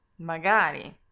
Magari